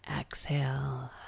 exhale